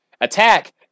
attack